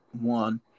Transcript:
one